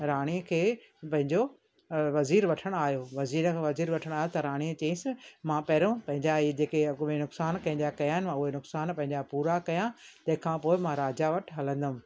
राणीअ खे पंहिंजो वज़ीर वठण आयो वज़ीर वठण आयो त राणीअ चयाइंसि मां पहिरों पंहिंजा इहे जेके अॻुणी नुक़सान पंहिंजा कया आहिनि उहे नुक़सान पंहिंजा पूरा करियां तंहिंखां पोइ मां राजा वटि हलंदमि